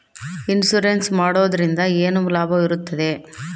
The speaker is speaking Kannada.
ಇನ್ಸೂರೆನ್ಸ್ ಮಾಡೋದ್ರಿಂದ ಏನು ಲಾಭವಿರುತ್ತದೆ?